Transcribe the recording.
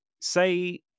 say